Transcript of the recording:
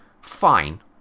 fine